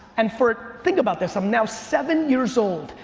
and for, think about this. i'm now seven years-old.